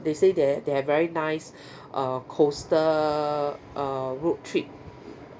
they say they they have very nice err costal err road trip